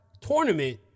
tournament